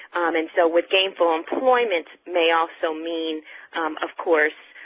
and so what gainful employment may also mean of course,